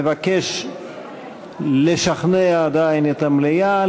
מבקש לשכנע עדיין את המליאה.